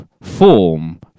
form